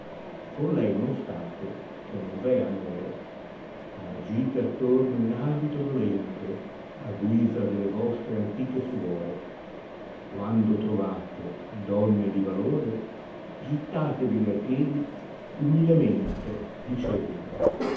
con lei non sate che non v è amore ma gite attorno in abito dolente a guisa delle vostre antiche suore quando trovate donne di valore gittatevile a piedi umilemente dicendo